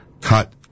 cut